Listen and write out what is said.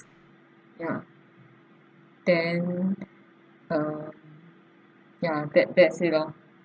ya then uh ya that that's it loh